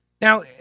now